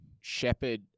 shepherd